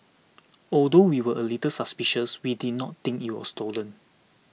although we were a little suspicious we did not think it was stolen